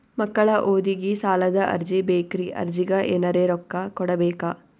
ಮಕ್ಕಳ ಓದಿಗಿ ಸಾಲದ ಅರ್ಜಿ ಬೇಕ್ರಿ ಅರ್ಜಿಗ ಎನರೆ ರೊಕ್ಕ ಕೊಡಬೇಕಾ?